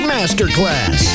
Masterclass